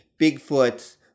Bigfoot